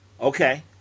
Okay